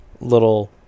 little